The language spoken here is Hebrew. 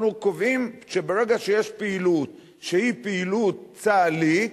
אנחנו קובעים שברגע שיש פעילות שהיא פעילות צה"לית,